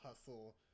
hustle